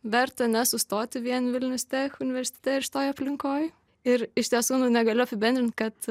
verta nesustoti vien vilnius tech universitete ir šitoj aplinkoj ir iš tiesų na galiu apibendrint kad